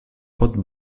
pot